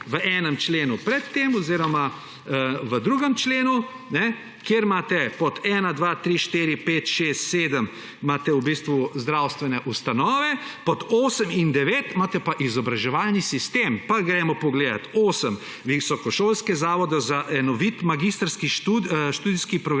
V enem členu pred tem oziroma v 2. členu, kjer imate pod 1, 2, 3, 4, 5, 6, 7 zdravstvene ustanove, pod 8 in 9 imate pa izobraževalni sistem. Pa gremo pogledat, 8 – visokošolske zavode za enovit magistrski študijski program